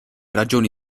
ragioni